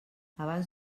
abans